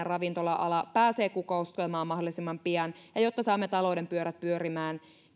ravintola ala pääsee kukoistamaan mahdollisimman pian ja jotta saamme talouden pyörät pyörimään